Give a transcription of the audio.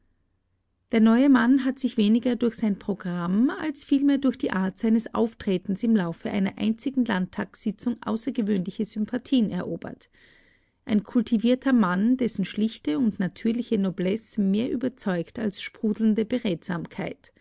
der neue mann hat sich weniger durch sein programm als vielmehr durch die art seines auftretens im laufe einer einzigen landtagssitzung außergewöhnliche sympathien erobert ein kultivierter mann dessen schlichte und natürliche noblesse mehr überzeugt als sprudelnde